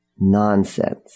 nonsense